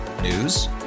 News